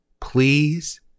please